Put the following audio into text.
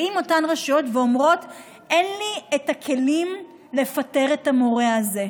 אותן רשויות ואומרות: אין לנו את הכלים לפטר את המורה הזה.